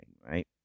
right